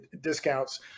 discounts